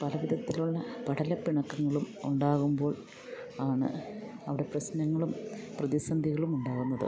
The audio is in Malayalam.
പല വിധത്തിലുള്ള പടലപ്പിണക്കങ്ങളും ഉണ്ടാകുമ്പോൾ ആണ് അവിടെ പ്രശ്നങ്ങളും പ്രതിസന്ധികളുമുണ്ടാകുന്നത്